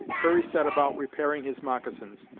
hurry set about repairing his moccasins,